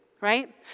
right